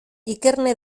ikerne